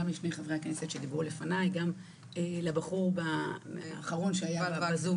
גם לשני חברי הכנסת שדיברו לפניי וגם לבחור האחרון שהיה בזום.